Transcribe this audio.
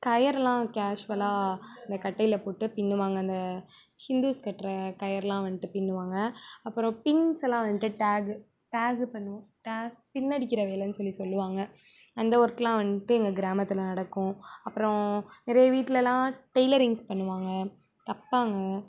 கயிறெல்லாம் கேஷூவலாக அந்த கட்டையில் போட்டு பின்னுவாங்க அந்த ஹிந்துஸ் கட்டுற கயிறெல்லாம் வந்துட்டு பின்னுவாங்க அப்புறம் பின்ஸ்ஸெல்லாம் வந்துட்டு டேகு டேகு பண்ணுவ டேகு பின் அடிக்கிற வேலைன்னு சொல்லி சொல்லுவாங்க அந்த ஒர்க்கெல்லாம் வந்துட்டு எங்கள் கிராமத்தில் நடக்கும் அப்புறம் நிறைய வீட்லெல்லாம் டைலரிங்ஸ் பண்ணுவாங்க தைப்பாங்க